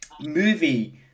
movie